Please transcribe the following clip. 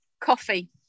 coffee